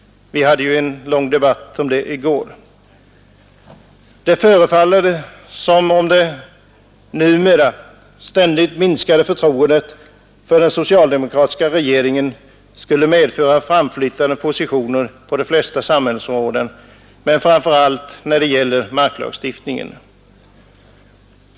Vi hade ju en lång debatt om den i går. Det förefaller som om det numera ständigt minskade förtroendet för den socialdemokratiska regeringen medför framflyttade positioner på de flesta samhällsområden, men framför allt när det gäller marklagstiftningen.